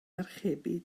archebu